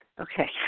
Okay